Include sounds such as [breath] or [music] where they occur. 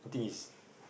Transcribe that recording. the thing is [breath]